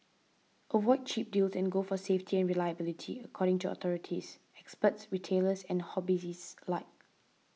avoid cheap deals and go for safety and reliability according to authorities experts retailers and hobbyists alike